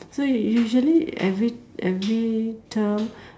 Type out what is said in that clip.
so you usually every every term